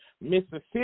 Mississippi